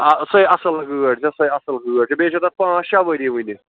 آ سۄے اَصٕل گٲڑۍ چھِ سۄے اَصٕل گٲڑۍ بیٚیہِ چھِ تتھ پانٛژ شےٚ ؤری ؤنہِ